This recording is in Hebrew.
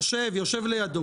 יושב, יושב לידו.